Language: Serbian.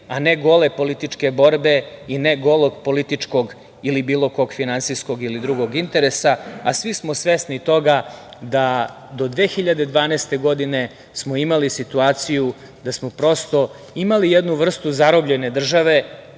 a ne gole političke borbe i ne golog političkog ili bilo kog finansijskog ili drugog interesa, a svi smo svesni toga da do 2012. godine smo imali situaciju da smo prosto imali jednu vrstu zarobljene države